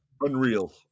unreal